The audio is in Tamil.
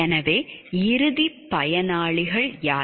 எனவே இறுதிப் பயனாளிகள் யார்